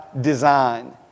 design